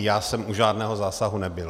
Já jsem u žádného zásahu nebyl.